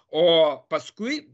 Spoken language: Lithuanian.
o paskui